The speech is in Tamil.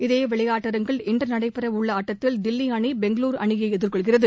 இதே விளையாட்டரங்கில் இன்று நடைபெறவுள்ள ஆட்டத்தில் தில்லி அணி பெங்களூரு அணியை எதிர்கொள்கிறது